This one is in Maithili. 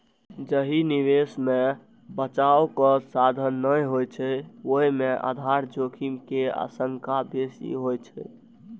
जाहि निवेश मे बचावक साधन नै होइ छै, ओय मे आधार जोखिम के आशंका बेसी होइ छै